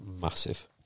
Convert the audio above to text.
massive